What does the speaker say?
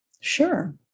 Sure